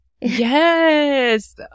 Yes